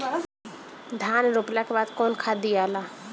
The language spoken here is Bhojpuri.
धान रोपला के बाद कौन खाद दियाला?